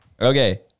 Okay